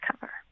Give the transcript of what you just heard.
cover